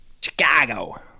Chicago